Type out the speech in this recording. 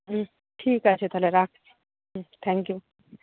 হুম ঠিক আছে তাহলে রাখছি হুম থ্যাংক ইউ